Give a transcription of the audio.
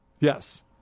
yes